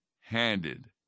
handed